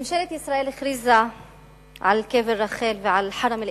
ממשלת ישראל הכריזה על קבר רחל ועל חרם אל-אברהימי,